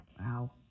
Wow